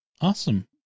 Awesome